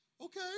okay